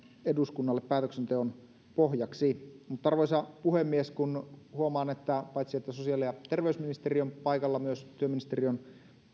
eduskunnalle päätöksenteon pohjaksi mutta arvoisa puhemies kun huomaan että paitsi että sosiaali ja terveysministeri on paikalla myös työministeri on